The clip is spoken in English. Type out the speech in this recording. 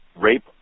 rape